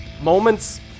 Moments